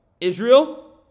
Israel